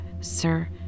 sir